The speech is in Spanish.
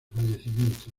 fallecimiento